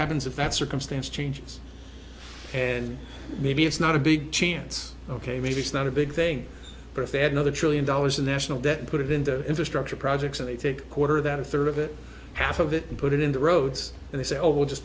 happens if that circumstance changes and maybe it's not a big chance ok maybe it's not a big thing for fed another trillion dollars in national debt put it into infrastructure projects and they take quarter that a third of it half of it and put it in the roads and they say oh we'll just